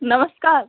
नमस्कार